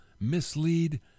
Mislead